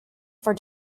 for